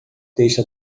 texto